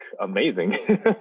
amazing